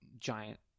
giant